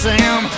Sam